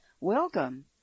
welcome